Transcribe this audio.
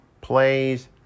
plays